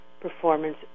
performance